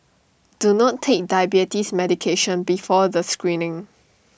do not take diabetes medication before the screening